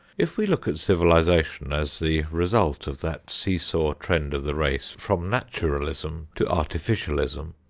if we look at civilization as the result of that seesaw trend of the race from naturalism to artificialism,